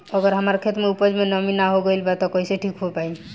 अगर हमार खेत में उपज में नमी न हो गइल बा त कइसे ठीक हो पाई?